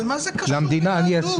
אבל מה זה קשור ליהדות?